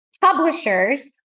Publishers